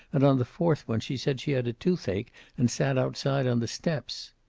and on the fourth one she said she had a toothache and sat outside on the steps.